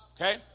Okay